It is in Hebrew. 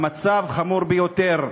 המצב חמור ביותר.